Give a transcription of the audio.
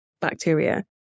bacteria